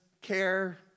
care